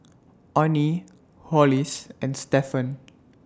Onnie Hollis and Stephan